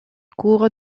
cours